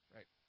Right